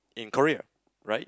in Korea right